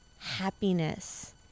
happiness